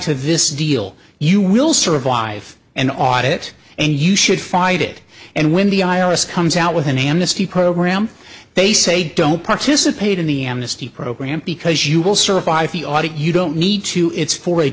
vis deal you will survive an audit and you should fight it and when the i r s comes out with an amnesty program they say don't participate in the amnesty program because you will survive the audit you don't need to it's for a